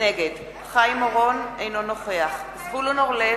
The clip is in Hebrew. נגד חיים אורון, אינו נוכח זבולון אורלב,